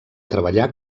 treballar